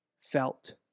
felt